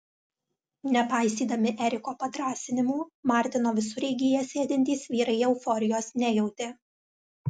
nepaisydami eriko padrąsinimų martino visureigyje sėdintys vyrai euforijos nejautė